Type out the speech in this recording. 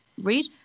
read